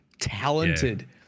talented